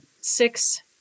six